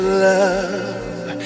love